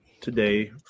today